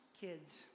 kids